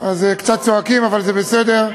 אז קצת צועקים, אבל זה בסדר.